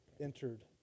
entered